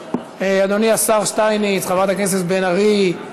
אדוני השר שטייניץ, חברת הכנסת בן ארי,